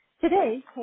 Today